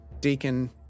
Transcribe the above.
Deacon